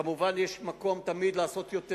כמובן, יש תמיד מקום לעשות יותר.